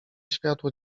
światło